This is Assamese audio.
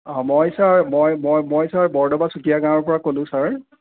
অঁ মই ছাৰ মই ছাৰ বৰডবা চুতিয়া গাঁৱৰ পৰা ক'লো ছাৰ